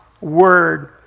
Word